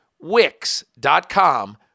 Wix.com